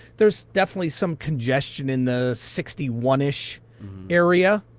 there's definitely some congestion in the sixty one ish area.